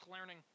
learning